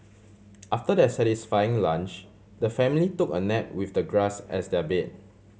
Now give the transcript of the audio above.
after their satisfying lunch the family took a nap with the grass as their bed